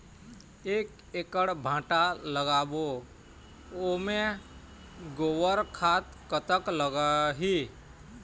एक एकड़ भांटा लगाबो ओमे गोबर खाद कतक लगही?